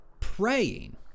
praying